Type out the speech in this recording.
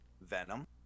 Venom